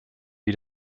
wir